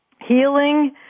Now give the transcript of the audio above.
healing